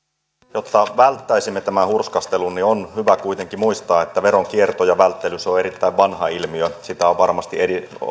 jotta välttäisimme tämän hurskastelun niin on hyvä kuitenkin muistaa että veronkierto ja välttely on on erittäin vanha ilmiö ja sitä on varmasti